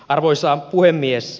arvoisa puhemies